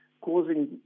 causing